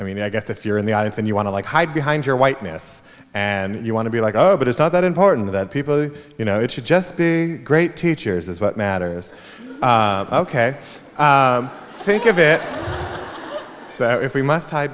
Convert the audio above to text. i mean i guess if you're in the audience and you want to like hide behind your whiteness and you want to be like oh but it's not that important that people you know it should just be great teachers is what matters ok think of it if we must hide